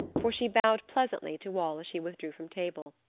for she bowed pleasantly to all as she withdrew from table.